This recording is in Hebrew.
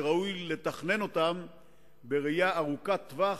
שראוי לתכנן אותם בראייה ארוכת טווח,